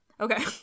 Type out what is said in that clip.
Okay